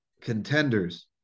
Contenders